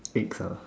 picker